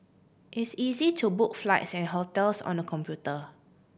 it's easy to book flights and hotels on the computer